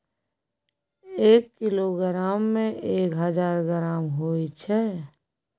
एक किलोग्राम में एक हजार ग्राम होय छै